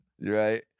Right